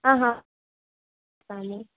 అహ కాని